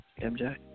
MJ